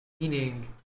Meaning